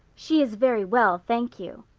she is very well, thank you.